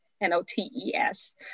n-o-t-e-s